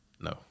No